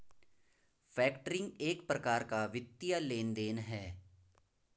factoring एक प्रकार का वित्तीय लेन देन है